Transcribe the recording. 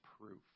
proof